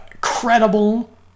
credible